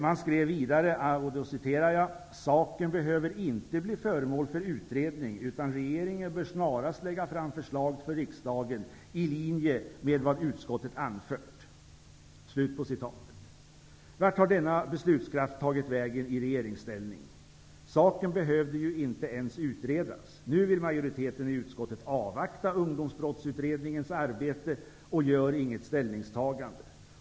Man skrev vidare att ''Saken behöver inte bli föremål för utredning, utan regeringen bör snarast lägga fram förslag för riksdagen i linje med vad utskottet anfört.'' Vart har denna beslutskraft tagit vägen i regeringsställning? Saken behövde ju inte ens utredas. Nu vill majoriteten i utskottet avvakta Ungdomsbrottsutredningens arbete och gör inget ställningstagande.